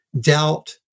doubt